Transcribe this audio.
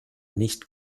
nicht